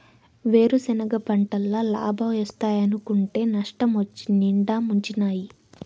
వేరుసెనగ పంటల్ల లాబాలోస్తాయనుకుంటే నష్టమొచ్చి నిండా ముంచినాయి